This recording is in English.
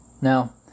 Now